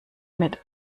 mit